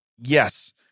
Yes